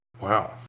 Wow